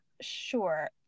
sure